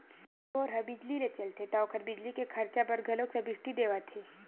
bore ह बिजली ले चलथे त ओखर बिजली के खरचा बर घलोक सब्सिडी देवत हे